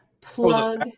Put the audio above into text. plug